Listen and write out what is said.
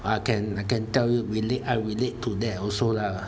I can I can tell you relate I relate to that also lah